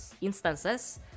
instances